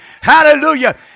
Hallelujah